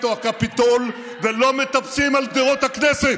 או הקפיטול ולא מטפסים על גדרות הכנסת.